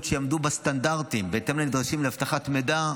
שיעמדו בסטנדרטים ובתנאים הנדרשים לאבטחת מידע.